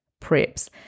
preps